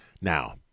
Now